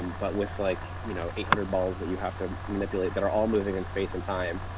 um but with like you know eight hundred balls that you have to manipulate that are all moving in space and time.